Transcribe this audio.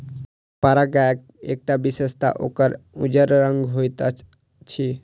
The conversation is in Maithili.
थारपारकर गायक एकटा विशेषता ओकर उज्जर रंग होइत अछि